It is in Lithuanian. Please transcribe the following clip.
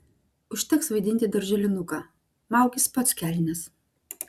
užteks vaidinti darželinuką maukis pats kelnes